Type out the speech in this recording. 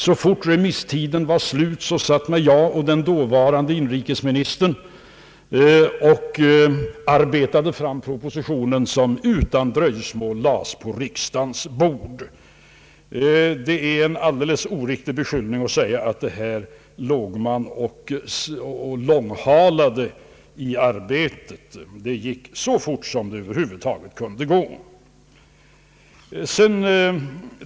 Så fort remisstiden var slut satt jag och den dåvarande inrikesministern och arbetade fram propositionen, som utan dröjsmål lades på riksdagens bord. Det är en alldeles oriktig beskyllning att vi låg och långhalade i arbetet. Det gick så fort det över huvud taget kunde gå.